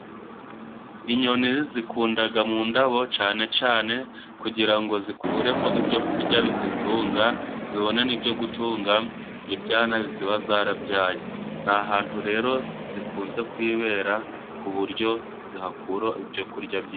Inyoni zikundaga mu ndabo cane cane kugira ngo zikuremo ibyo kurya bizitunga, zibone n'ibyo gutunga ibyana ziba zarabyaye. Ni ahantu rero zikunze kwibera ku buryo zihakura ibyo kurya byinshi.